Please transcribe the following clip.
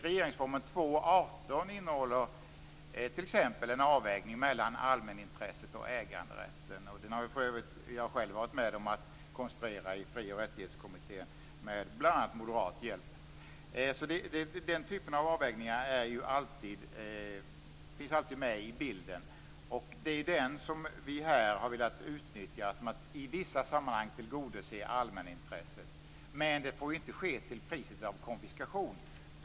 Regeringsformens 2 kap. 18 § innehåller t.ex. en avvägning mellan allmänintresset och äganderätten. Jag har själv varit med om att konstruera den paragrafen i mitt arbete i frioch rättighetskommittén - med bl.a. moderat hjälp. Den typen av avvägningar finns alltid med i bilden. Vi har velat utnyttja den avvägningen för att i vissa sammanhang tillgodose allmänintresset. Men det får inte ske till priset av konfiskation.